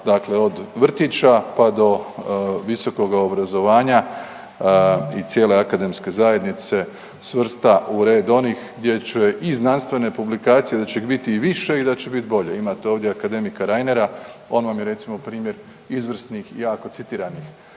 dakle od vrtića pa do visokoga obrazovanja i cijele akademske zajednice, svrsta u red onih gdje će i znanstvene publikacije, da će ih biti više i da će biti bolje. Imate ovdje akademika Reinera, on vam je, recimo, primjer izvrsnih jako citiranih